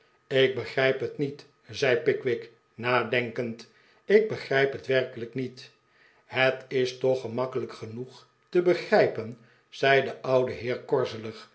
ik begrijp het niet zei pickwick nadenkend ik begrijp het werkelijk niet het is toch gemakkelijk genoeg te begrijpen zei de oude heer